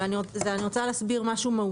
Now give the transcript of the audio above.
אבל אני רוצה להסביר משהו מהותי.